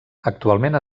actualment